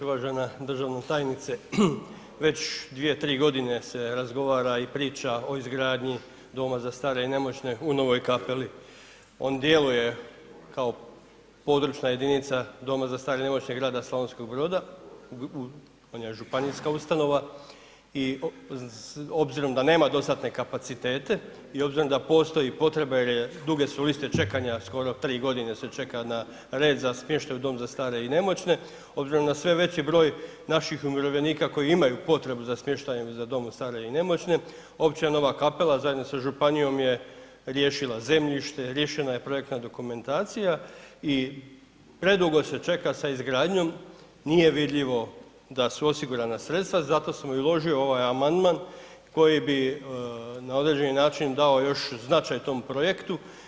Uvažena državna tajnice već 2, 3 godine se razgovara i priča o izgradnji Doma za stare i nemoćne u Novoj Kapeli, On djeluje kao područna jedinica Doma za stare i nemoćne grada Slavonskog Broda, on je županijska ustanova i obzirom da nema dostatne kapacitete i obzirom da postoji potreba jer je, duge su liste čekanja skoro 3 godine se čeka na red za smještaj u dom za stare i nemoćne, obzirom na sve veći broj naših umirovljenika koji imaju potrebu za smještajem za dom za stare i nemoćne, općina Nova Kapela zajedno sa županijom je riješila zemljište, riješena je projektna dokumentacija i predugo se čeka sa izgradnjom, nije vidljivo da su osigurana sredstva zato sam i uložio ovaj amandman koji bi na određeni način dao još značaj tom projektu.